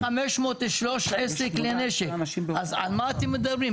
1,513 כלי נשק, אז על מה אתם מדברים?